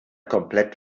komplett